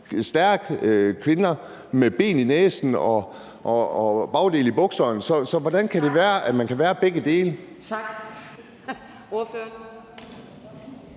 stærke kvinder med ben i næsen og bagdel i bukserne. Så hvordan kan det være, at man kan være begge dele? Kl.